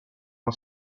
uno